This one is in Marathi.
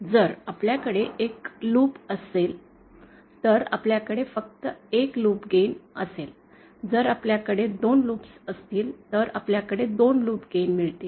जर आपल्याकडे एक लूप असेल तर आपल्याकडे फक्त एक लूप गेन असेल जर आपल्याकडे 2 लूप्स असतील तर आपल्याला 2 लूप गेन मिळतील